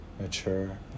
mature